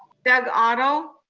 doug otto.